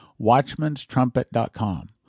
watchmanstrumpet.com